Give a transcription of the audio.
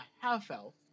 half-elf